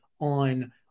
on